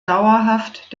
dauerhaft